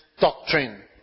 doctrine